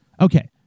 Okay